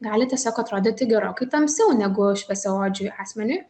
gali tiesiog atrodyti gerokai tamsiau negu šviesiaodžiui asmeniui